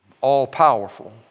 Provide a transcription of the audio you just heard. all-powerful